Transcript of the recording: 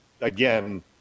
again